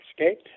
okay